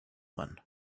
one